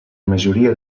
majoria